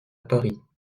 paris